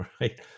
right